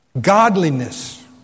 Godliness